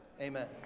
Amen